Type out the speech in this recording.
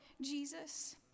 Jesus